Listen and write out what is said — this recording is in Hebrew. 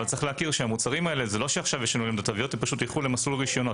אבל יש להכיר שהמוצרים האלה ילכו למסלול רשיונות.